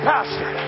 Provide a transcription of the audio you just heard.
Pastor